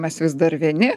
mes vis dar vieni